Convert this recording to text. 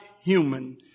human